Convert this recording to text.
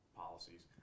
policies